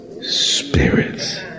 spirits